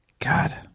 God